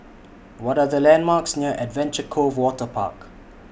What Are The landmarks near Adventure Cove Waterpark